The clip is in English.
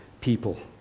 people